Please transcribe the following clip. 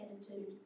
attitude